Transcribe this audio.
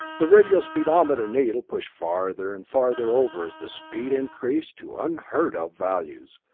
the radio speedometer needle pushed farther and farther over as the speed increased to unheard of values.